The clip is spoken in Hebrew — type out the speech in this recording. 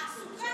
עסוקה